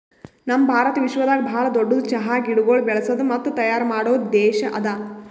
ನಮ್ ಭಾರತ ವಿಶ್ವದಾಗ್ ಭಾಳ ದೊಡ್ಡುದ್ ಚಹಾ ಗಿಡಗೊಳ್ ಬೆಳಸದ್ ಮತ್ತ ತೈಯಾರ್ ಮಾಡೋ ದೇಶ ಅದಾ